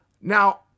Now